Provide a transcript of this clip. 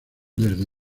desde